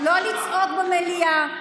לא לצעוק במליאה.